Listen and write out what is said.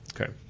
Okay